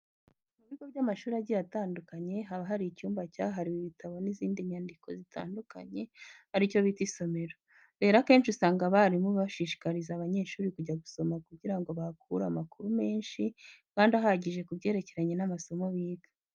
Mu bigo by'amashuri agiye atandukanye haba hari icyumba cyahariwe ibitabo n'izindi nyandiko zitandukanye ari cyo bita isomero. Rero akenshi usanga abarimu bashishikariza abanyeshuri kujya gusoma kugira ngo bahakure amakuru menshi kandi ahagije ku byerekeranye n'amasomo biga.